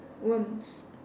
worms